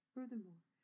Furthermore